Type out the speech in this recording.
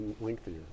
lengthier